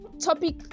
topic